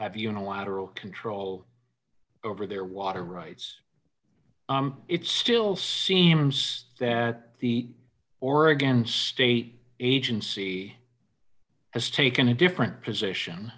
have unilateral control over their water rights it still seems that the oregon state agency has taken a different position